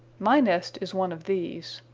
my nest is one of these.